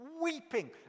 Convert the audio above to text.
weeping